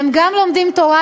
והם גם לומדים תורה,